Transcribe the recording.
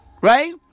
Right